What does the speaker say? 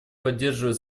поддерживает